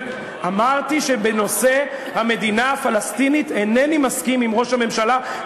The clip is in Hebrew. אמרתי שבנושא המדינה הפלסטינית אינני מסכים עם ראש הממשלה,